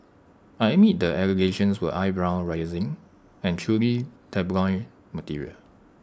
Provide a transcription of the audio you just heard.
I admit the allegations were eyebrow raising and truly tabloid material